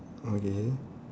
okay